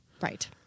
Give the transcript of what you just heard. Right